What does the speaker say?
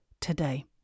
today